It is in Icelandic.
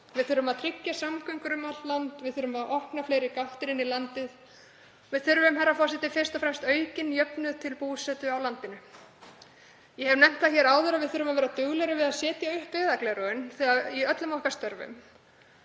Við þurfum að tryggja samgöngur um allt land. Við þurfum að opna fleiri gáttir inn í landið. Við þurfum fyrst og fremst aukinn jöfnuð til búsetu á landinu. Ég hef nefnt það hér áður að við þurfum að vera duglegri við að setja upp byggðagleraugun í öllum störfum